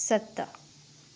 सत